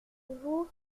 vous